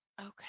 Okay